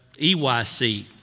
EYC